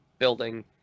building